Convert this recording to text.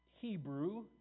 Hebrew